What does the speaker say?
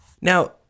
Now